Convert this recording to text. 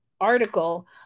article